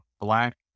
Black